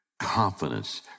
Confidence